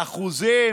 באחוזים,